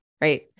Right